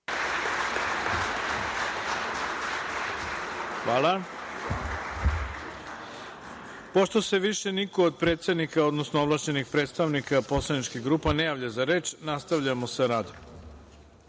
Hvala. Pošto se više niko od predsednika, odnosno ovlašćenih predstavnika poslaničkih grupa ne javlja za reč, nastavljamo sa radom.U